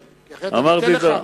אחרת אני אתן לך.